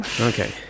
Okay